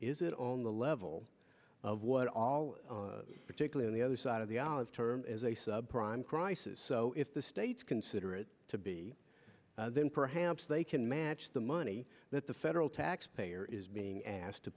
is it on the level of what all particular on the other side of the aisle is term as a sub prime crisis so if the states consider it to be then perhaps they can match the money that the federal taxpayer is being asked to